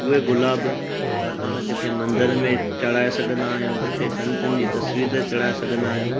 उहे गुलाब भई पाण किते मंदर में चढ़ाए सघंदा आहियूं किते संतनि जी तस्वीर ते चढ़ाए सघंदा आहियूं